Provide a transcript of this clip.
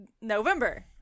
November